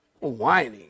Whining